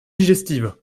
digestive